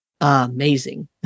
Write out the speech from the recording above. amazing